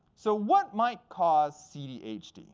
so what might cause cdhd?